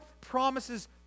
promises